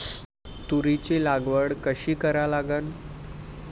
तुरीची लागवड कशी करा लागन?